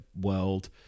world